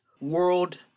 World